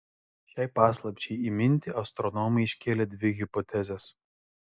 šiai paslapčiai įminti astronomai iškėlė dvi hipotezes